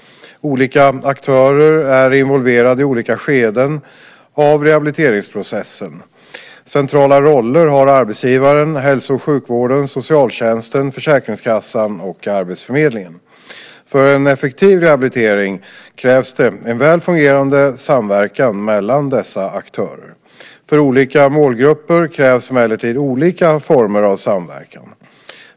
Olika aktörer är involverade i olika skeden av rehabiliteringsprocessen. Centrala roller har arbetsgivaren, hälso och sjukvården, socialtjänsten, Försäkringskassan och arbetsförmedlingen. För en effektiv rehabilitering krävs det en väl fungerande samverkan mellan dessa aktörer. För olika målgrupper krävs emellertid olika former av samverkan.